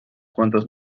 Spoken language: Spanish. cuantos